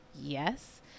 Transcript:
Yes